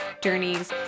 journeys